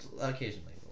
occasionally